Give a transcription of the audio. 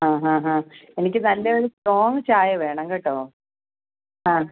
ആ ആ ആ എനിക്ക് നല്ലെയൊരു സ്ട്രോംഗ് ചായ വേണം കേട്ടോ ആ